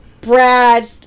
Brad